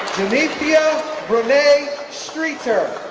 genethia rene streeter,